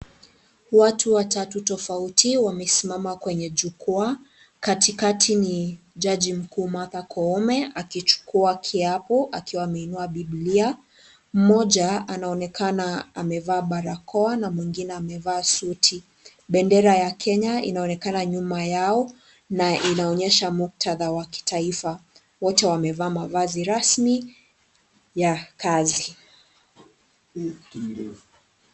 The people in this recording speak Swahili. Watu watatu tofauti wamesimama kwenye jukwaa. Katikati ni jaji mkuu Martha Koome akichukua kiapo akiwa ameinua bibilia. Mmoja anaonekana amevaa barakoa na mwingine amevaa suti. Bendera ya Kenya inaonekana nyuma yao na inaonyesha muktadha wa kitaifa. Wote wamevaa mavazi rasmi ya kazi.